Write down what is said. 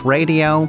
Radio